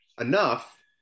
enough